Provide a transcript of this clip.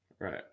right